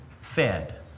fed